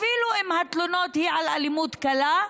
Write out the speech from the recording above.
אפילו אם התלונה היא על אלימות קלה,